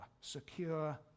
Secure